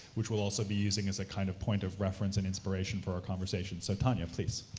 which we'll also be using as a kind of point of reference and inspiration for our conversation, so tanya, please.